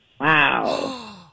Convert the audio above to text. Wow